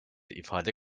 ifade